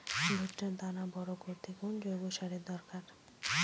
ভুট্টার দানা বড় করতে কোন জৈব সারের দরকার?